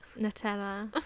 Nutella